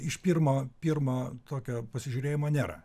iš pirmo pirmo tokio pasižiūrėjimo nėra